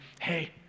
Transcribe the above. hey